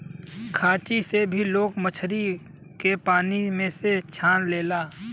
खांची से भी लोग मछरी के पानी में से छान लेला